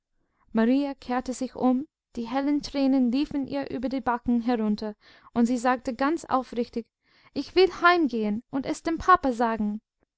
marie kehrte sich um die hellen tränen liefen ihr über die backen herunter und sie sagte ganz aufrichtig ich will heimgehen und es dem papa sagen